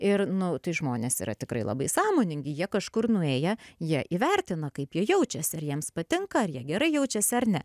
ir nu tai žmonės yra tikrai labai sąmoningi jie kažkur nuėję jie įvertina kaip jie jaučiasi ar jiems patinka ar jie gerai jaučiasi ar ne